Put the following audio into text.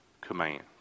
command